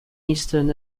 eastern